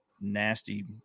nasty